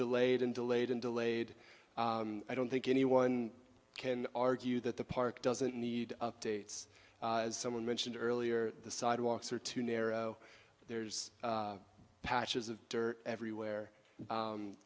delayed and delayed and delayed i don't think anyone can argue that the park doesn't need updates as someone mentioned earlier the sidewalks are too narrow there's patches of dirt everywhere